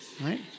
right